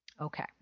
Okay